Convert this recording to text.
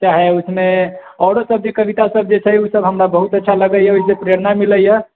चाहे उसमे आओरो सब भी कविता सब जे छै ओ सब हमरा बहुत अच्छा लगै यऽ प्रेरणा मिलै यऽ